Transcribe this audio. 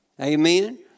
Amen